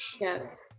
Yes